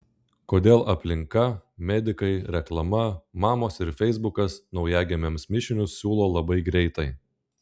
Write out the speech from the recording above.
kodėl aplinka medikai reklama mamos ir feisbukas naujagimiams mišinius siūlo labai greitai